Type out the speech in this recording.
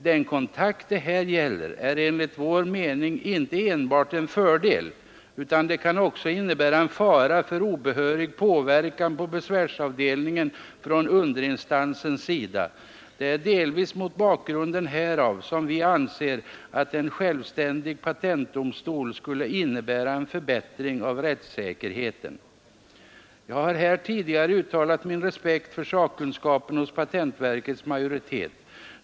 Den kontakt det här gäller är enligt Nr 141 Onsdagen den obehörig påverkan på besvärsavdelningen från underinstansens sida. Det 13 december 1972 är delvis mot bakgrund härav som vi anser att en självständig patentdom vår mening inte enbart en fördel utan den kan också innebära en fara för stol skulle innebära en förbättring av rättssäkerheten.” Jag har här tidigare uttalat min respekt för sakkunskapen hos patentverkets majoritet.